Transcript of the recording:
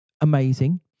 amazing